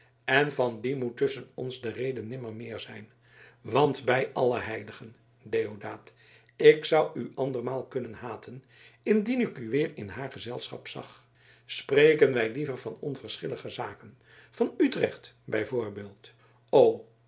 en van die moet tusschen ons de rede nimmer meer zijn want bij alle heiligen deodaat ik zou u andermaal kunnen haten indien ik u weer in haar gezelschap zag spreken wij liever van onverschillige zaken van utrecht bij